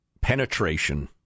penetration